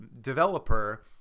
developer